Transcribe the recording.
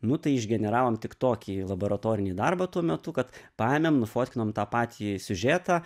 nu tai iš generavom tik tokį laboratorinį darbą tuo metu kad paėmėm nufotkinom tą patį siužetą